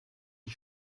die